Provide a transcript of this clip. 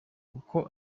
kuko